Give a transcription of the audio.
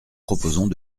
proposons